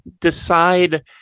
decide